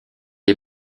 est